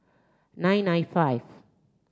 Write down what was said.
nine nine five